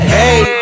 hey